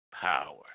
power